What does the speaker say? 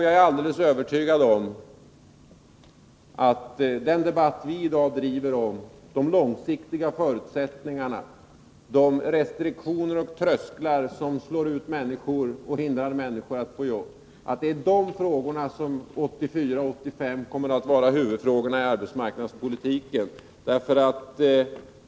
Jag är alldeles övertygad om att det är de frågor vi i dag debatterar, om de långsiktiga förutsättningarna och de restriktioner och trösklar som slår ut människor och hindrar människor att få jobb, som 1984 och 1985 kommer att vara huvudfrågorna i arbetsmarknadspolitiken.